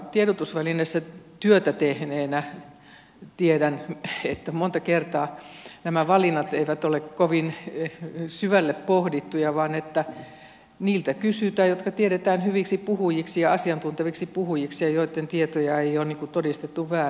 tiedotusvälineissä työtä tehneenä tiedän että monta kertaa nämä valinnat eivät ole kovin syvälle pohdittuja vaan että niiltä kysytään jotka tiedetään hyviksi puhujiksi ja asiantunteviksi puhujiksi ja joitten tietoja ei ole todistettu vääriksi